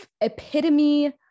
epitome